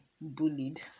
bullied